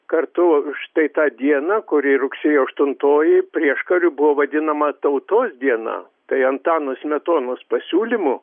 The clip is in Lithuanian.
kartu štai tą dieną kuri rugsėjo aštuntoji prieškariu buvo vadinama tautos diena tai antano smetonos pasiūlymu